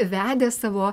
vedė savo